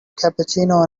cappuccino